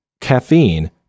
caffeine